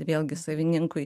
vėlgi savininkui